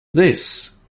this